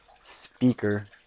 speaker